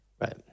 right